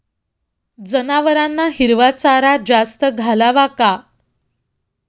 जनावरांना हिरवा चारा जास्त घालावा का?